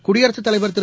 குடியரசுத்தலைவா் திரு